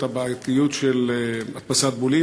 את הבעייתיות של הדפסת בולים,